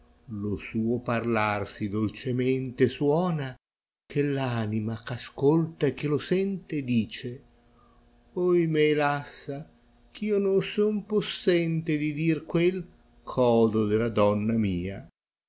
lo suo parlar sì dolcemente suona che v anima ch ascolta e che lo sente dice oimè lassa ch io non son possente di dir quel ch odo della donna mia